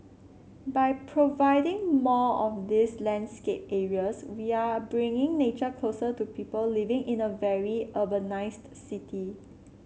by providing more of these landscape areas we're bringing nature closer to people living in a very urbanised city